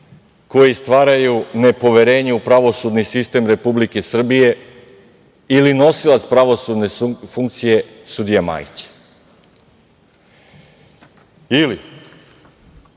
koji stvaraju nepoverenje u pravosudni sistem Republike Srbije ili nosilac pravosudne funkcije sudija Majić? Ili